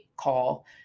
call